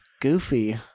goofy